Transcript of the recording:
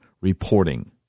reporting